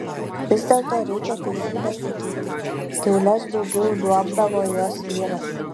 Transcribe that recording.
vis dėlto reikia teisybę sakyti kiaules daugiau liuobdavo jos vyras